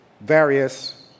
various